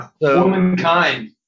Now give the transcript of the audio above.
Womankind